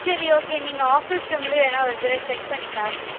சரி ஓகே நீங்கள் ஆஃபிஸ் ரூம்ல வேணால் ஒரு தடவ செக் பண்ணி பாருங்க